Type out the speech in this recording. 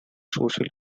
social